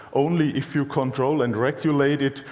only if you control and regulate it,